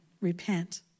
Repent